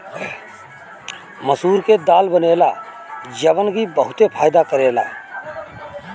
मसूर के दाल बनेला जवन की बहुते फायदा करेला